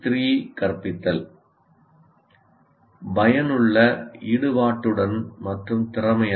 E3 கற்பித்தல் பயனுள்ள ஈடுபாட்டுடன் மற்றும் திறமையான